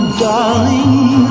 darling